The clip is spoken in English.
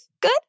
Good